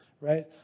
right